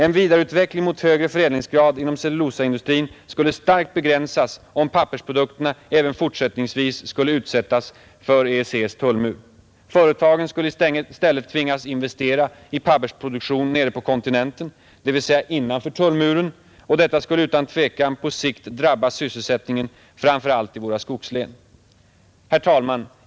En vidareutveckling mot högre förädlingsgrad inom cellulosaindustrin skulle starkt begränsas om pappersprodukterna även fortsättningsvis skulle utsättas för EEC:s tullmur. Företagen skulle i stället tvingas investera i pappersproduktion nere på kontinenten, dvs. innanför tullmuren, och detta skulle utan tvivel på sikt drabba sysselsättningen framför allt i våra skogslän. Herr talman!